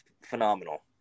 phenomenal